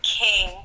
king